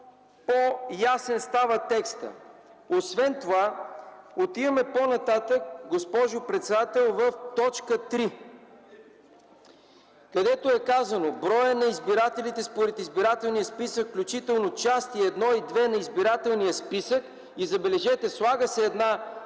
текстът става много по-ясен. Отиваме по-нататък, госпожо председател, в т. 3, където е казано: „броят на избирателите според избирателния списък, включително части І и ІІ на избирателния списък – и, забележете, слага се една